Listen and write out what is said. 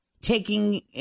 taking